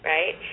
Right